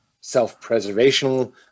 self-preservational